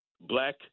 black